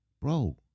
Bro